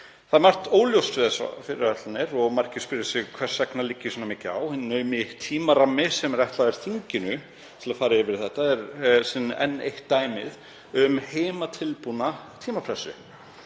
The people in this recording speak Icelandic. Margt er óljóst við þessar fyrirætlanir og margir spyrja sig hvers vegna liggi svona mikið á. Hinn naumi tímarammi sem þinginu er ætlaður til að fara yfir þetta er síðan enn eitt dæmið um heimatilbúna tímapressu.